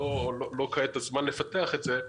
לא כעת הזמן לפתח את זה,